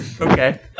Okay